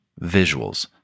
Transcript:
visuals